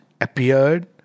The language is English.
appeared